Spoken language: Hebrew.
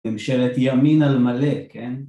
‫בממשלת ימין על מלא, כן?